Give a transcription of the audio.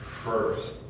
first